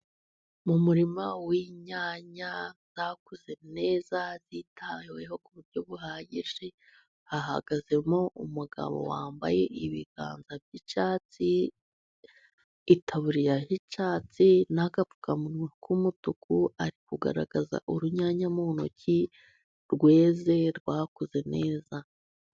Mu murima w'inyanya zakuze neza zitaweho ku buryo buhagije , hagazemo umugabo wambaye ibiganza by'icyatsi, itaburiya y'icyatsi n'agapfukamunwa k'umutuku. Ari kugaragaza urunyanya mu ntoki rweze rwakuze neza.